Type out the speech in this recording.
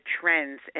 trends